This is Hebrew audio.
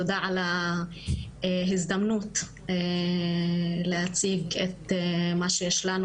תודה על ההזדמנות להציג את מה שיש לנו